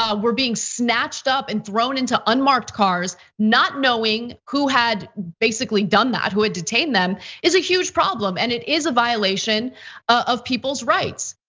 ah were being snatched up and thrown into unmarked cars. not knowing who had basically done that, who had detained them is a huge problem and it is a violation of people's rights.